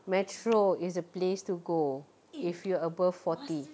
Metro is a place to go if you're above forty